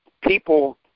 people